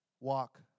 walk